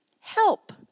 help